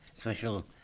special